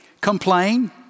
Complain